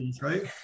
right